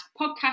podcast